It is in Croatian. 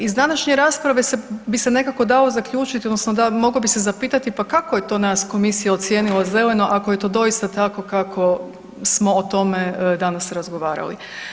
Iz današnje rasprave bi se nekako dalo zaključiti odnosno moglo bi se zapitati pa kako je to nas komisija ocijenila zeleno ako je to doista tako kako smo o tome danas razgovarali.